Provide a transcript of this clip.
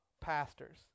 pastors